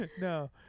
no